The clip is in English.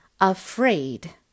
Afraid